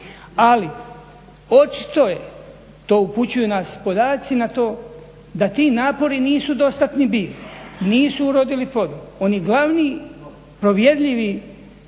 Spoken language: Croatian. ali očito je, to upućuju nas podaci na to da ti napori nisu dostatni bili, nisu urodili plodom, oni glavni provjerljivi